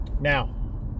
Now